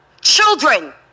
Children